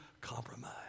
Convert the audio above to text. compromise